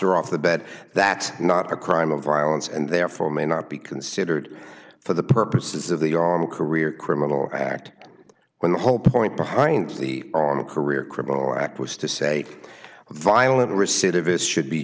her off the bed that's not a crime of violence and therefore may not be considered for the purposes of the on a career criminal act when the whole point behind the on a career criminal act was to say violent recidivist should be